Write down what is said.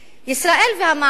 ישראל והמערב